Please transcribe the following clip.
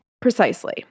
Precisely